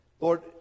Lord